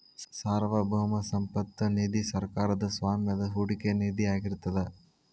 ಸಾರ್ವಭೌಮ ಸಂಪತ್ತ ನಿಧಿ ಸರ್ಕಾರದ್ ಸ್ವಾಮ್ಯದ ಹೂಡಿಕೆ ನಿಧಿಯಾಗಿರ್ತದ